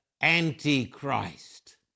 antichrist